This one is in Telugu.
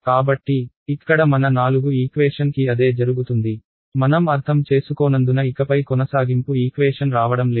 కాబట్టి ఇక్కడ మన నాలుగు ఈక్వేషన్ కి అదే జరుగుతుంది మనం అర్థం చేసుకోనందున ఇకపై కొనసాగింపు ఈక్వేషన్ రావడం లేదు